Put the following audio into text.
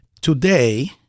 Today